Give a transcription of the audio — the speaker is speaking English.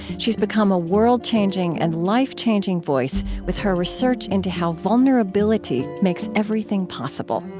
she's become a world-changing and life-changing voice with her research into how vulnerability makes everything possible.